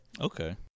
Okay